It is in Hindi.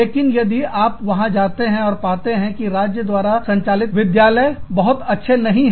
लेकिन यदि आप वहां जाते हैं और पाते हैं कि राज्य द्वारा संचालित विद्यालय बहुत अच्छे नहीं हैं